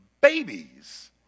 babies